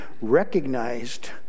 recognized